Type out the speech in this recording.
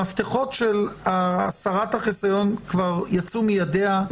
המפתחות של הסרת החיסיון כבר יצאו מידיה,